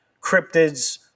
cryptids